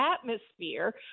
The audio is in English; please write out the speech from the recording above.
atmosphere